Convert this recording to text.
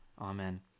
Amen